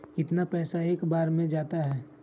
कितना पैसा एक बार में जाता है?